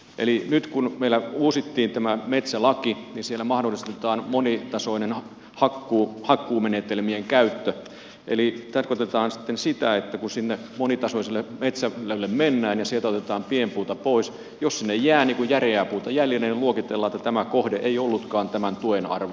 eli nyt kun meillä uusittiin tämä metsälaki niin siellä mahdollistetaan monitasoinen hakkuumenetelmien käyttö eli tällä tarkoitetaan sitten sitä että kun sinne monitasoiselle metsälölle mennään ja sieltä otetaan pienpuuta pois niin jos sinne jää järeää puuta jäljelle niin luokitellaan että tämä kohde ei ollutkaan tukikelpoinen